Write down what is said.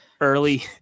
early